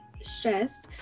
stress